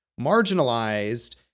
marginalized